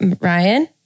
Ryan